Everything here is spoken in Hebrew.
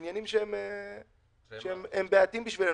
עניינים שהם בעייתיים עבורנו,